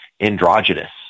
Androgynous